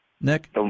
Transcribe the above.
Nick